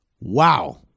Wow